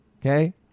okay